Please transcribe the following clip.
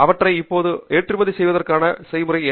அவற்றை இப்போது ஏற்றுமதி செய்வதற்கான செயல்முறை என்ன